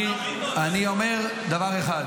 אני אומר דבר אחד